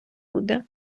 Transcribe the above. буде